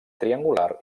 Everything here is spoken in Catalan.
triangular